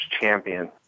champion